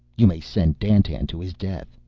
you may send dandtan to his death,